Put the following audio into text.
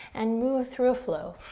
and move through a flow.